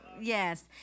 Yes